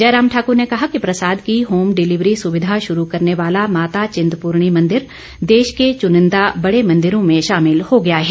जयराम ठाकुर ने कहा कि प्रसाद की होम डिलिवरी सुविधा शुरू करने वाला माता विंतपूर्णी मंदिर देश के चुनिंदा बड़े मंदिरों में शामिल हो गया है